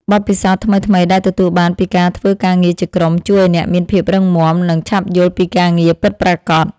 បទពិសោធន៍ថ្មីៗដែលទទួលបានពីការធ្វើការងារជាក្រុមជួយឱ្យអ្នកមានភាពរឹងមាំ និង ឆាប់យល់ពីការងារពិតប្រាកដ។